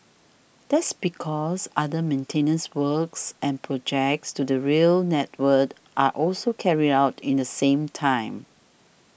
that's because other maintenance works and projects to the rail network are also carried out in the same time